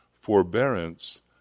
forbearance